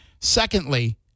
Secondly